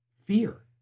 fear